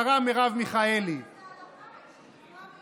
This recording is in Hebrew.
השרה מרב מיכאלי, מילא אם הייתה יודעת את ההלכה.